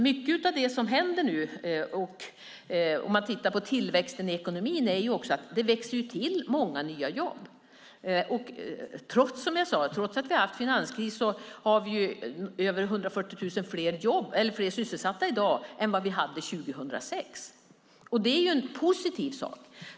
Mycket av det som händer nu när det gäller tillväxten i ekonomin är att det växer till många nya jobb. Trots att vi har haft finanskris har vi över 140 000 fler sysselsatta i dag än vi hade 2006. Det är en positiv sak.